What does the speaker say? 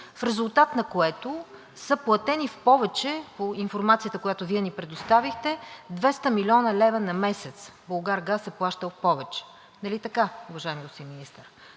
в резултат на което са платени в повече по информацията, която Вие ни предоставихте, 200 млн. лв. на месец „Булгаргаз“ е плащал повече. Нали така, уважаеми господин Министър?